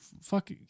fuck